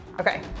Okay